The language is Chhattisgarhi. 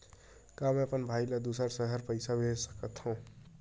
का मैं अपन भाई ल दुसर शहर पईसा भेज सकथव?